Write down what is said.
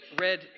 red